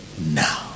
now